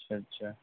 اچھا اچھا